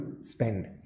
spend